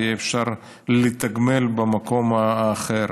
יהיה אפשר לתגמל במקום אחר.